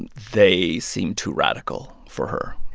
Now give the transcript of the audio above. and they seem too radical for her.